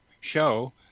show